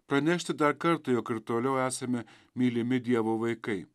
pranešti dar kartą jog ir toliau esame mylimi dievo vaikai